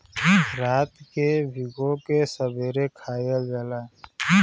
रात के भिगो के सबेरे खायल जाला